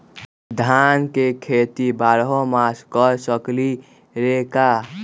धान के खेती बारहों मास कर सकीले का?